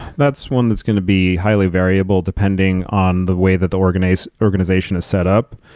that's one that's going to be highly variable depending on the way that the organization organization is set up.